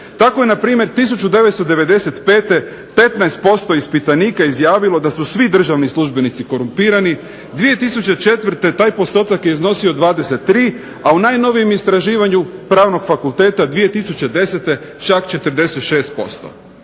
Tako je npr. 1995. 15% ispitanika izjavilo da su svi državni službenici korumpirani, 2004. taj postotak je iznosio 23, a u najnovijem istraživanju Pravnog fakulteta 2010. čak 46%.